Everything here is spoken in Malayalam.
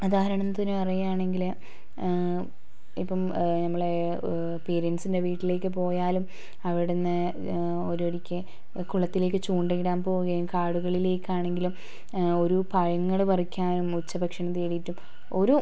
ഉദാഹരണത്തിന് പറയുവാണെങ്കിൽ ഇപ്പം നമ്മൾ പാരന്റ്സിൻ്റെ വീട്ടിലേക്കു പോയാലും അവിടുന്ന് ഒരു വെടിക്ക് കുളത്തിലേക്ക് ചൂണ്ടയിടാൻ പോകേം കാടുകളിലേക്കാണെങ്കിലും ഒരു പഴങ്ങൾ പറിക്കാനും ഉച്ച ഭക്ഷണത്തിന് വേണ്ടീട്ടും ഒരു